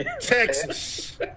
Texas